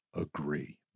Agree